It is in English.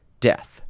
death